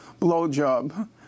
blowjob